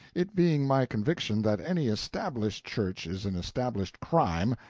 it being my conviction that any established church is an established crime,